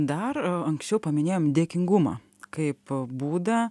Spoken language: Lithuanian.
dar anksčiau paminėjom dėkingumą kaip būdą